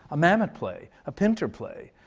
a mamet play. a pinter play.